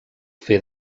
fer